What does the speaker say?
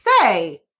say